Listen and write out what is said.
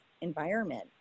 environment